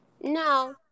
No